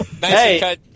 hey